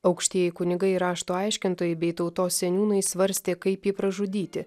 aukštieji kunigai ir rašto aiškintojai bei tautos seniūnai svarstė kaip jį pražudyti